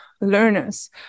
learners